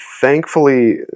thankfully